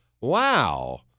Wow